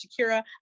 Shakira